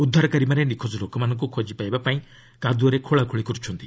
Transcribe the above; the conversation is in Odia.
ଉଦ୍ଧାରକାରୀମାନେ ନିଖୋଚ୍ଚ ଲୋକମାନଙ୍କୁ ଖୋଜି ପାଇବା ପାଇଁ କାଦୁଅରେ ଖୋଳାଖୋଳି କରୁଛନ୍ତି